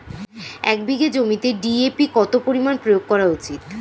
এক বিঘে জমিতে ডি.এ.পি কত পরিমাণ প্রয়োগ করা উচিৎ?